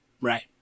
Right